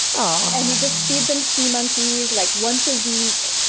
ah and you just feed them sea monkeys like once a week,